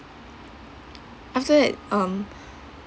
after that um